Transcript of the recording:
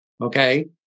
Okay